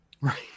Right